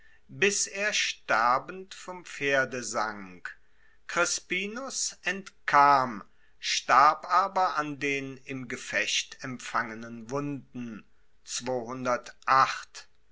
bis er sterbend vom pferde sank crispinus entkam starb aber an den im gefecht empfangenen wunden